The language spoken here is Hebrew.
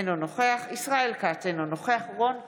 אינו נוכח ישראל כץ, אינו נוכח רון כץ,